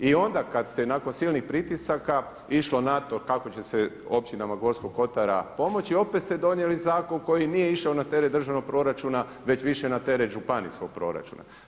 I onda kad se nakon silnih pritisaka išlo na to kako će se općinama Gorskog kotara pomoći opet ste donijeli zakon koji nije išao na teret državnog proračuna već više na teret županijskog proračuna.